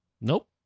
Nope